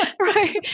Right